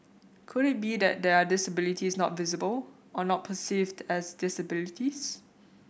could it be that there are disabilities not visible or not perceived as disabilities